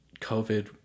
COVID